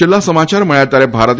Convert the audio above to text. છેલ્લા સમાચાર મળ્યા ત્યારે ભારતે